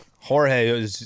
Jorge